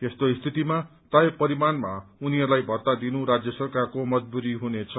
यस्तो स्थितिमा तय परिमाणमा उनीहरूलाई भत्ता दिनु राज्य सरकारको मजबूरी हुनेछ